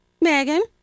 Megan